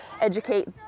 educate